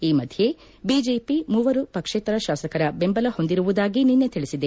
ಈ ಮಧ್ಯೆ ಬಿಜೆಪಿ ಮೂವರು ಪಕ್ಷೇತರ ಶಾಸಕರ ಬೆಂಬಲ ಹೊಂದಿರುವುದಾಗಿ ನಿನ್ನೆ ತಿಳಿಸಿದೆ